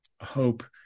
hope